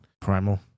Primal